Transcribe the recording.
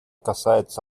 касается